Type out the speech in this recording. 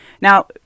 Now